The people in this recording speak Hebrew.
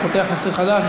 אבל אתה פותח נושא חדש.